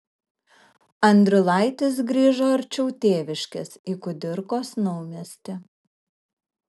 andriulaitis grįžo arčiau tėviškės į kudirkos naumiestį